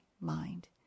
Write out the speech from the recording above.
mind